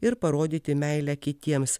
ir parodyti meilę kitiems